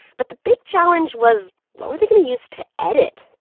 but the big challenge was, what were they going to use to edit?